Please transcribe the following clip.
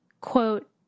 quote